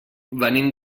venim